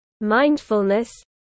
mindfulness